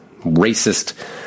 racist